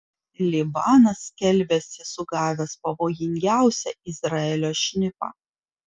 libanas skelbiasi sugavęs pavojingiausią izraelio šnipą